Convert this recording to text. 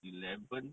eleven